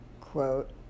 quote